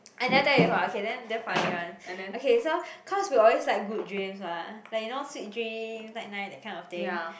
I never tell you before ah okay then damn funny one okay so cause we always like good dreams mah like you know sweet dream night night that kind of thing